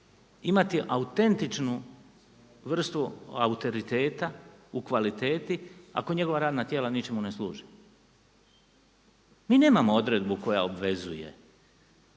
imati autentičnu vrstu autoriteta u kvaliteti ako njegova radna tijela ničemu ne služe? Mi nemamo odredbu koja obvezuje